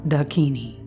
Dakini